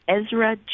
Ezra